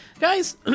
Guys